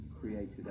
created